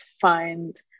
find